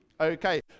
Okay